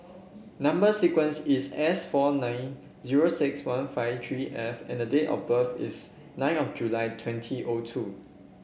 number sequence is S four nine zero six one five three F and date of birth is nine of July twenty O two